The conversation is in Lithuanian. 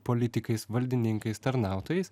politikais valdininkais tarnautojais